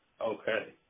okay